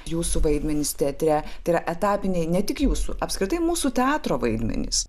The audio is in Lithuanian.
jūsų vaidmenys teatre tai yra etapiniai ne tik jūsų apskritai mūsų teatro vaidmenys